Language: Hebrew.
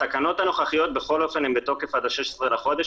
התקנות הנוכחיות בכל אופן הן בתוקף עד ה-16 לחודש.